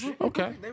okay